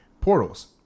portals